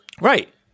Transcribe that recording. right